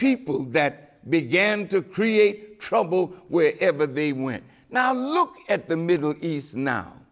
people that began to create trouble wherever they went now look at the middle east now